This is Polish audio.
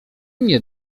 mnie